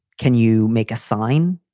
can you make a sign?